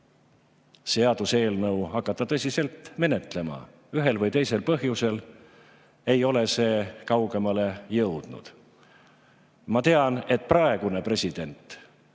seaduseelnõu tõsiselt menetlema. Ühel või teisel põhjusel ei ole see kaugemale jõudnud. Ma tean, et praegune president